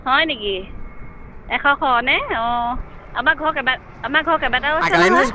হয় নেকি এশ শ অঁ আমাৰ আমাৰ ঘৰ কেইবাটাও আছে নহয়